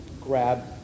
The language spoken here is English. grab